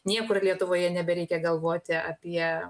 niekur lietuvoje nebereikia galvoti apie